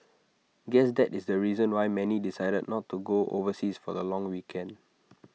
guess that is the reason why many decided not to go overseas for the long weekend